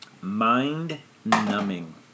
Mind-numbing